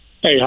Hey